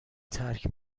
ترک